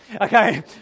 okay